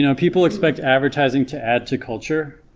you know people expect advertising to add to culture,